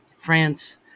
France